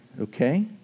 okay